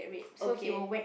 okay